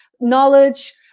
knowledge